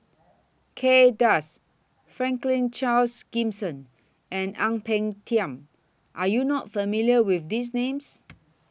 Kay Das Franklin Charles Gimson and Ang Peng Tiam Are YOU not familiar with These Names